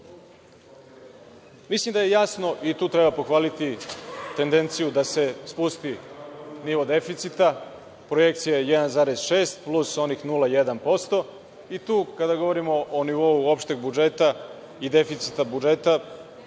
Srbiji. Mislim da je jasno i tu treba pohvaliti tendenciju da se spusti nivo deficita, projekcija je 1,06 plus onih 0,1% i tu kada govorimo o nivou opšteg budžeta i deficita budžeta,